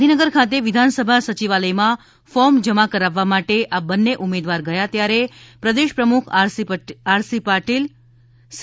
ગાંધીનગર ખાતે વિધાનસભા સચિવાલયમાં ફોર્મ જમા કરવવા માટે આ બંને ઉમેદવાર ગયા ત્યારે પ્રદેશ પ્રમુખ સી